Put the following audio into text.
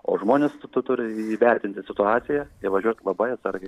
o žmonės tu turi įvertinti situaciją ir važiuot labai atsargiai